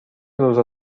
روزا